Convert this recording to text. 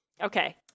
Okay